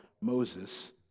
Moses